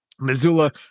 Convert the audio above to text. Missoula